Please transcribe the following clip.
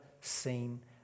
seen